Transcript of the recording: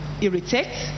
irritate